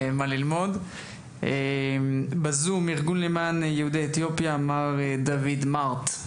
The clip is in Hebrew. נציג הארגון למען יהודי אתיופיה, מר דוד מהרט,